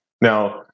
Now